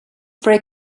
break